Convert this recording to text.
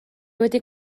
wedi